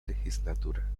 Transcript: legislatura